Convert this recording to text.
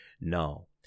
no